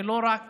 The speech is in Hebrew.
ולא רק